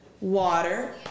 water